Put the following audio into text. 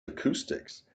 acoustics